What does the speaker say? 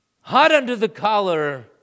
hot-under-the-collar